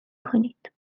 کنید